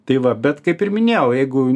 tai va bet kaip ir minėjau jeigu